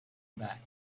back